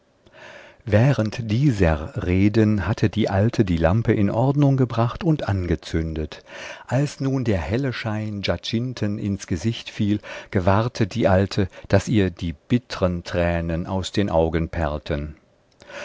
während dieser reden hatte die alte die lampe in ordnung gebracht und angezündet als nun der helle schein giacinten ins gesicht fiel gewahrte die alte daß ihr die bittren tränen aus den augen perlten